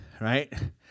right